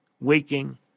waking